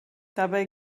dabei